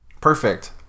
perfect